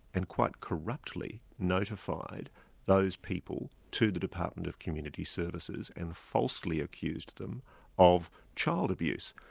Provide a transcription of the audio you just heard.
and quite corruptly, notified those people to the department of community services and falsely accused them of child abuse.